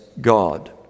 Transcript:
God